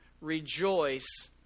rejoice